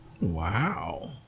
wow